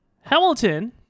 Hamilton